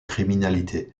criminalité